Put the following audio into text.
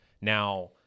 Now